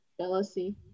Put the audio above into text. jealousy